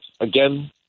again